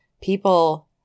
people